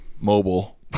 mobile